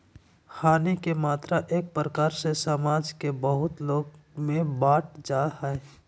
हानि के मात्रा एक प्रकार से समाज के बहुत लोग में बंट जा हइ